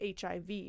HIV